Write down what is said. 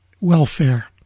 welfare